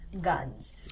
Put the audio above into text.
guns